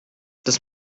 das